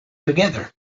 together